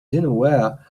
dinnerware